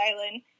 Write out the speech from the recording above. Island